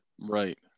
Right